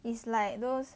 is like those